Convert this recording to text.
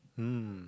mm